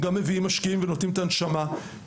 מביאים משקיעים ונותנים את נשמתם לטובת המדינה.